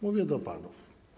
Mówię do panów.